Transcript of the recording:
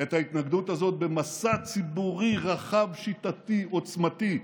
את ההתנגדות הזאת במסע ציבורי רחב, שיטתי, עוצמתי,